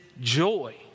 joy